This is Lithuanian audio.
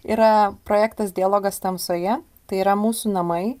yra projektas dialogas tamsoje tai yra mūsų namai